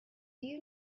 you